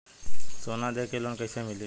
सोना दे के लोन कैसे मिली?